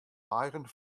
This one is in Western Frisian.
eigen